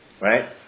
right